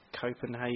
Copenhagen